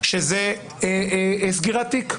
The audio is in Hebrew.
שזה סגירת תיק.